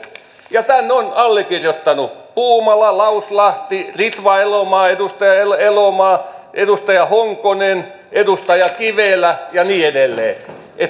ja tämän ovat allekirjoittaneet puumala lauslahti edustaja elomaa edustaja honkonen edustaja kivelä ja niin edelleen eli